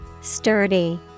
Sturdy